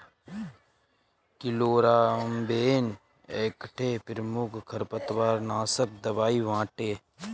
chloramben एकठे प्रमुख खरपतवारनाशक दवाई बाटे